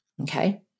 Okay